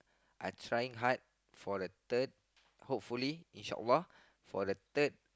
are trying hard for a third hopefully in short while for a third